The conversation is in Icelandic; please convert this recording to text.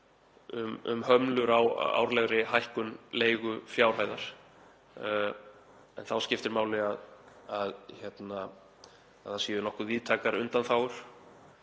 um hömlur á árlegri hækkun leigufjárhæðar. En þá skiptir máli að það séu nokkuð víðtækar undanþágur